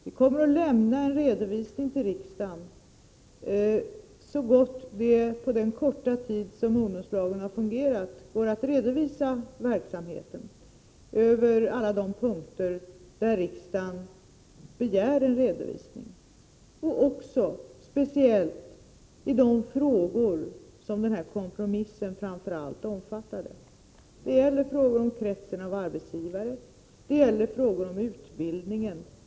Vi kommer — så gott det nu går att redovisa verksamheten efter den korta tid som ungdomslagen har fungerat — att till riksdagen lämna en redovisning på alla de punkter där riksdagen begär en sådan, speciellt i de frågor som kompromissen framför allt omfattade. Det gäller bl.a. kretsen av arbetsgivare och utbildningen.